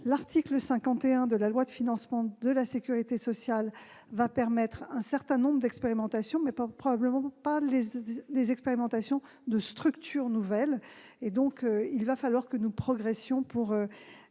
L'article 51 de la loi de financement de la sécurité sociale va permettre un certain nombre d'expérimentations, mais probablement pas celles de structures nouvelles. Il faudra que nous progressions pour